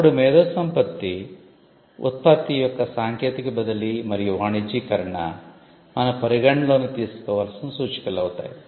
అప్పుడు మేధో సంపత్తి ఉత్పత్తి యొక్క సాంకేతిక బదిలీ మరియు వాణిజ్యీకరణ మనం పరిగణనలోకి తీసుకోవాల్సిన సూచికలు అవుతాయి